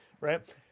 right